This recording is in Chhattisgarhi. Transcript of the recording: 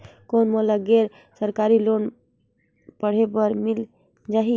कौन मोला गैर सरकारी लोन पढ़े बर मिल जाहि?